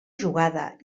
jugada